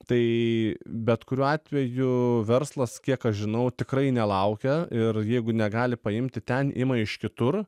tai bet kuriuo atveju verslas kiek aš žinau tikrai nelaukia ir jeigu negali paimti ten ima iš kitur